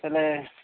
ତା'ହେଲେ